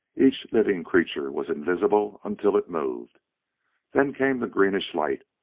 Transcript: each living creature was invisible until it moved then came the greenish light,